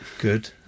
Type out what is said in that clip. good